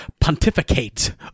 pontificate